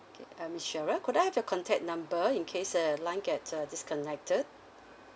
okay uh miss sheryl could I have your contact number in case uh line gets uh disconnected